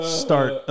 start